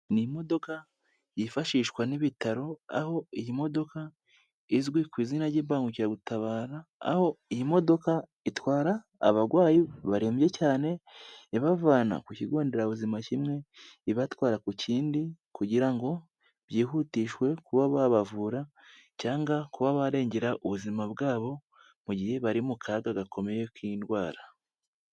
Ni imodoka yifashishwa n'ibitaro, aho iyi modoka izwi ku izina ry'Imbangukiragutabara, aho iyi modoka itwara abagwayi barembye cyane, ibavana ku Kigo Nderabuzima kimwe, ibatwara ku kindi kugira ngo byihutishwe kuba babavura cyangwa kuba barengera ubuzima bwabo mu gihe bari mu kaga gakomeye k'indwara.